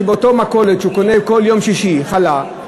שבאותה מכולת שהוא קונה בכל יום שישי חלה,